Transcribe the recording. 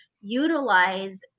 utilize